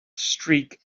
streak